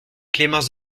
clémence